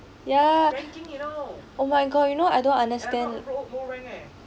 ya oh my god you know I don't understand